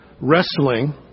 wrestling